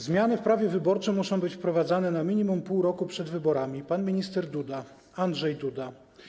Zmiany w prawie wyborczym muszą być wprowadzane na minimum pół roku przed wyborami - pan minister Duda, Andrzej Duda.